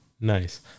Nice